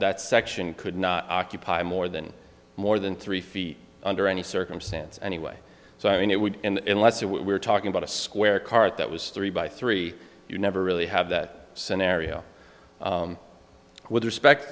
that section could not occupy in more than more than three feet under any circumstance anyway so i mean it would and less of what we're talking about a square cart that was three by three you never really have that scenario with respect